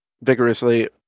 vigorously